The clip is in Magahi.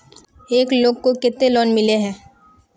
एक लोग को केते लोन मिले है?